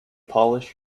polish